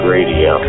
Radio